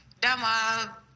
Dama